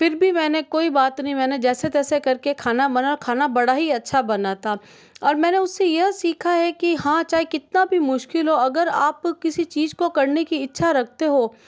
फिर भी मैंने कोई बात नहीं मैंने जैसे तैसे करके खाना बना खाना बड़ा ही अच्छा बना था और मैंने उससे यह सीखा है कि हाँ चाय कितना भी मुश्किल हो अगर आप किसी चीज को करने की इच्छा रखते हो